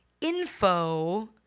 info